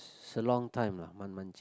it's a long time lah